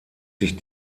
sich